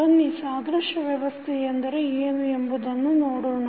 ಬನ್ನಿ ಸಾದೃಶ್ಯ ವ್ಯವಸ್ಥೆ ಎಂದರೆ ಏನು ಎಂಬುದನ್ನು ನೋಡೋಣ